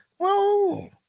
Whoa